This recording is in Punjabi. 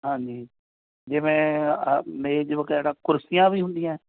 ਹਾਂਜੀ ਜਿਵੇਂ ਮੇਜ ਵਗੈਰਾ ਕੁਰਸੀਆਂ ਵੀ ਹੁੰਦੀਆਂ